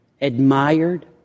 admired